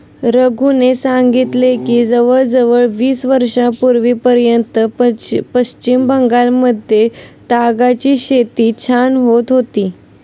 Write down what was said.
रघूने सांगितले की जवळजवळ वीस वर्षांपूर्वीपर्यंत पश्चिम बंगालमध्ये तागाची शेती छान होत होती